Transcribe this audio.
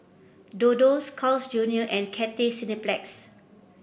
Dodo Carl's Junior and Cathay Cineplex